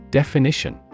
definition